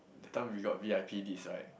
that time we got V_I_P leads right